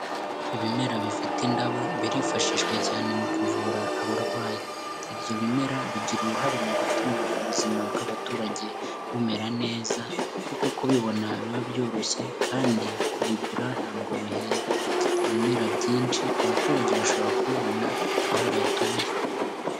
Ibimera bifite indabo birifashishwa cyane mu kuvura abarwayi. Ibyo bimera bigira uruhare mu gutuma ubuzima bw'abaturage bumera neza kuko kubibona biba byoroshye kandi kubigura ntabwo bihenda. Ibimera byinshi abaturage bashobora kubibona aho batuye.